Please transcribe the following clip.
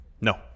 No